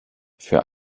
für